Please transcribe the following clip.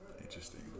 Interesting